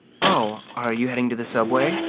oh, are you heading to the subway?